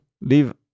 leave